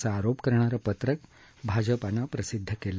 असा आरोप करणारं पत्रक भाजपानं प्रसिद्ध केलं